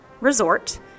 Resort